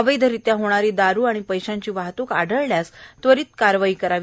अवैधरित्या होणारी दारु आणि पैशाची वाहतुक आढळल्यास त्वरीत कारवाई करा